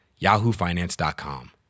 yahoofinance.com